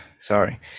sorry